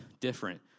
different